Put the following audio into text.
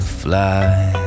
Fly